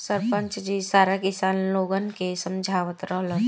सरपंच जी सारा किसान लोगन के समझावत रहलन